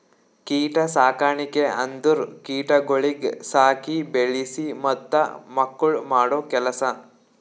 ಕೀಟ ಸಾಕಣಿಕೆ ಅಂದುರ್ ಕೀಟಗೊಳಿಗ್ ಸಾಕಿ, ಬೆಳಿಸಿ ಮತ್ತ ಮಕ್ಕುಳ್ ಮಾಡೋ ಕೆಲಸ